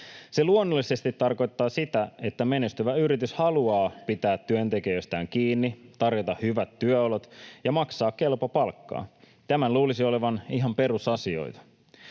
Se luonnollisesti tarkoittaa sitä, että menestyvä yritys haluaa pitää työntekijöistään kiinni, tarjota hyvät työolot ja maksaa kelpo palkkaa. Tämän luulisi olevan ihan perusasioita.